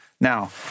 Now